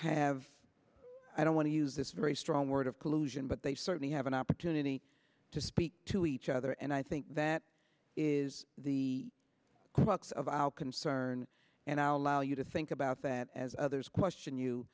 have i don't want to use this very strong word of collusion but they certainly have an opportunity to speak to each other and i think that is the crux of our concern and i'll allow you to think about that as others question